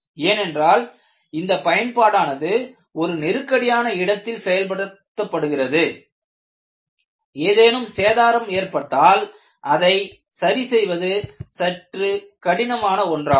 ஏனென்றால் இந்த பயன்பாடானது ஒரு நெருக்கடியான இடத்தில் செயல்படுத்தப்படுகிறது ஏதேனும் சேதாரம் ஏற்பட்டால் அதை சரி செய்வது சற்று கடினமான ஒன்றாகும்